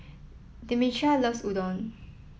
Demetria loves Udon